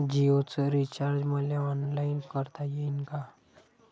जीओच रिचार्ज मले ऑनलाईन करता येईन का?